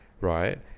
right